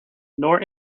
nor